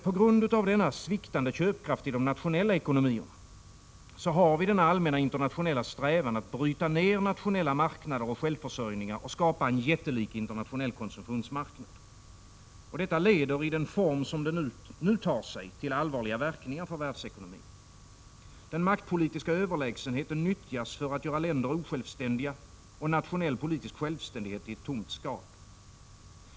På grund av den sviktande köpkraften i de nationella ekonomierna har vi denna allmänna internationella strävan att bryta ner nationella marknader och självförsörjningar och skapa en jättelik internationell konsumtionsmarknad. I den form som denna strävan nu tar sig leder den till allvarliga verkningar för världsekonomin. Den maktpolitiska överlägsenheten nyttjas för att göra länder osjälvständiga och nationell politisk självständighet till ett tomt skal.